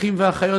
אחים ואחיות,